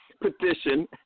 Petition